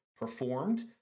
performed